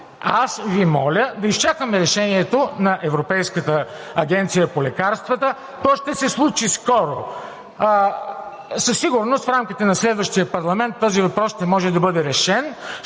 Аз Ви моля да изчакаме решението на Европейската агенция по лекарствата, то ще се случи скоро. Със сигурност в рамките на следващия парламент този въпрос ще може да бъде решен,